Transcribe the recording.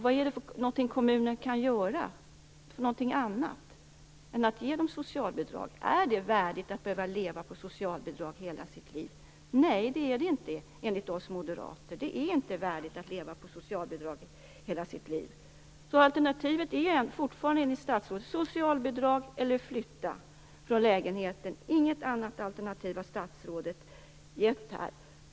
Vad är det för något annat som kommunerna kan göra än att ge dem socialbidrag? Är det värdigt att behöva leva på socialbidrag i hela sitt liv? Nej, enligt oss moderater är det inte värdigt att leva på socialbidrag i hela sitt liv. Alternativet är fortfarande, enligt statsrådet, att ha socialbidrag eller att flytta från lägenheten. Statsrådet har inte angett något annat alternativ.